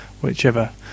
whichever